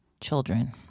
children